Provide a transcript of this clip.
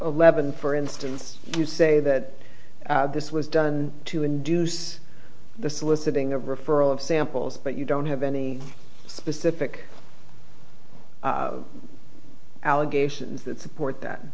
eleven for instance you say that this was done to induce the soliciting a referral of samples but you don't have any specific allegations that support that